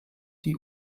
die